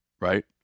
Right